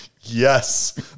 Yes